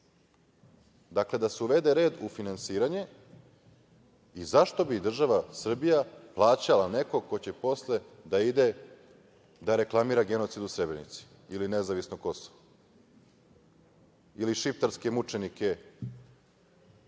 Dakle, da se uvede u finansiranje.Zašto bi država Srbija plaćala nekog ko će posle da ide da reklamira genocid u Srebrenici ili nezavisno Kosovo, ili šiptarske mučenike,